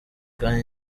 kandi